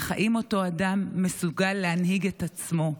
אך האם אותו אדם מסוגל להנהיג את עצמו?